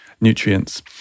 nutrients